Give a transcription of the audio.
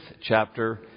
chapter